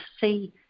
see